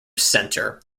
centre